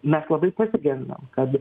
mes labai pasigendam kad